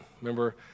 Remember